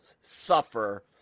suffer